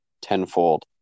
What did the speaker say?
tenfold